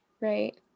Right